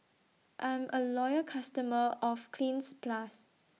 I'm A Loyal customer of Cleanz Plus